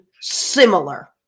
similar